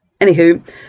Anywho